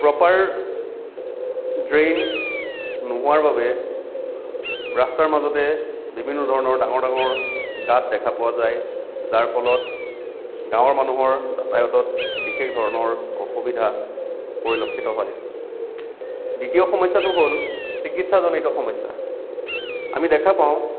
proper drain নোহোৱাৰ বাবে ৰাস্তাৰ মাজতে বিভিন্ন ধৰণৰ ডাঙৰ ডাঙৰ গাঁত দেখা পোৱা যায় যাৰ ফলত গাঁৱৰ মানুহৰ যাতায়তত বিশেষ ধৰণৰ অসুবিধা পৰিলক্ষিত হয় দ্বিতীয় সমস্য়াটো হ'ল চিকিৎসাজনিত সমস্য়া আমি দেখা পাওঁ